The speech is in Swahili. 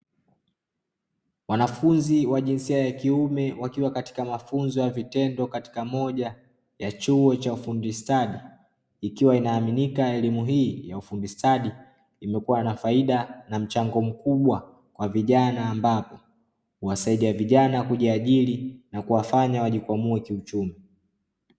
Wanafunzi wa jinsia ya kiume wakiwa katika mafunzo ya vitendo, katika moja ya chuo cha ufundi stadi, ikiwa inaaminika elimu hii ya ufundi stadi, imekuwa na faida na mchango mkubwa kwa vijana ambapo, huwasaidia vijana kujiajiri na kuwafanya wajikwamue kiuchumi.